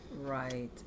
right